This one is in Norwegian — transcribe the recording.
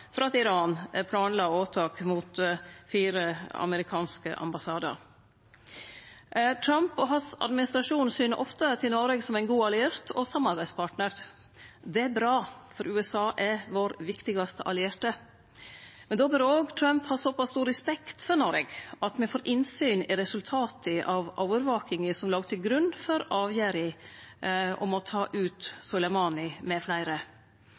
at Iran planla åtak mot fire amerikanske ambassadar. Trump og administrasjonen hans syner ofte til Noreg som ein god alliert og samarbeidspartner. Det er bra, for USA er vår viktigaste allierte. Men då bør òg Trump ha såpass stor respekt for Noreg at me får innsyn i resultata av overvakinga som låg til grunn for avgjerda om å ta ut Soleimani med fleire.